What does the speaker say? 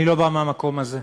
אני לא בא מהמקום הזה.